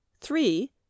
three